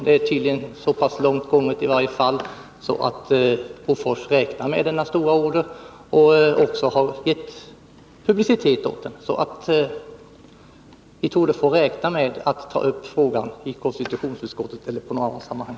Det är tydligen i varje fall så pass långt gånget att Bofors räknar med denna stora order och också har gett publicitet åt den. Vi torde således få räkna med att ta upp frågan i konstitutionsutskottet eller i något annat sammanhang.